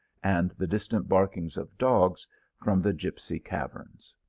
and the distant barking of dogs from the gipsy caverns.